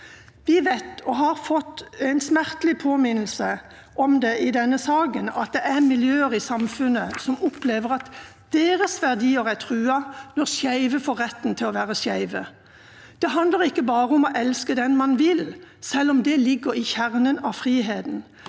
De vet, og har fått en smertelig påminnelse om det i denne saken, at det er miljøer i samfunnet som opplever at deres verdier er truet når skeive får retten til å være skeive. Det handler ikke bare om å elske den man vil, selv om det ligger i kjernen av friheten.